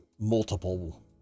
multiple